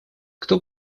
кто